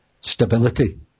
stability